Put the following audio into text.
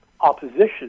opposition